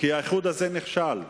כי האיחוד נכשל.